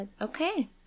Okay